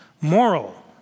moral